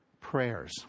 prayers